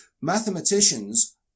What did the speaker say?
Mathematicians